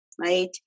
right